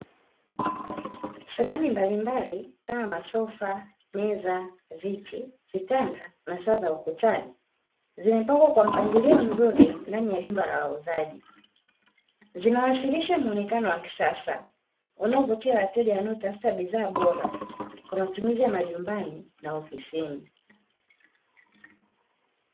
Samani mbalimbali kama vile: masofa, meza, viti ,vitanda na saa za ukutani; zimepangwa kwa mpangilio mzuri ndani ya jumba la wauzaji. Zinawasilisha muonekano wa kisasa unaovutia wateja wanaotafuta bidhaa bora kwa matumizi ya majumbani na ofisini.